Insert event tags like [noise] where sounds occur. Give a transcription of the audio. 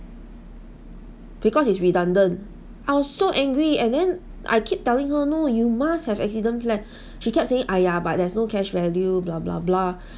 because it's redundant I was so angry and then I keep telling her no you must have accident plan she kept saying !aiya! but there's no cash value [noise]